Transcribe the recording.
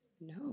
no